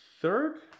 third